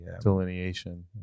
Delineation